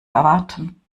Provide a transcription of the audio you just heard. erwarten